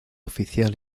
oficial